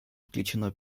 включено